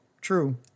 true